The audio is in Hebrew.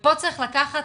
פה צריך לקחת,